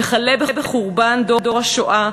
וכלה בחורבן דור השואה,